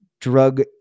drug